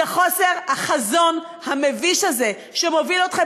זה חוסר החזון המביש הזה שמוביל אתכם